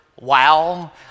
Wow